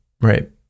Right